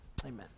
amen